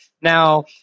Now